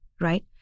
right